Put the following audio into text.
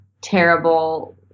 terrible